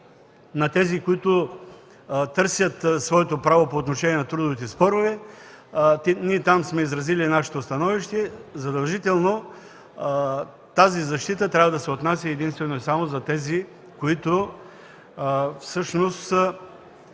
на тези, които търсят своето право по трудовите спорове, там сме изразили нашето становище – задължително тази защита трябва да се отнася единствено и само за онези, които оспорват